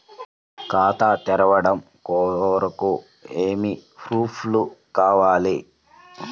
ఖాతా తెరవడం కొరకు ఏమి ప్రూఫ్లు కావాలి?